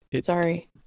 Sorry